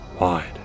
Wide